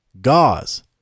gauze